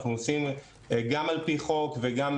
אנחנו עושים גם על פי חוק וגם,